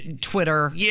Twitter